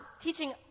teaching